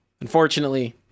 unfortunately